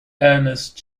ernest